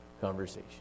conversation